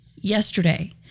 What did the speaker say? yesterday